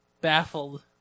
baffled